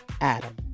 Adam